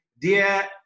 dear